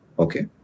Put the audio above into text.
Okay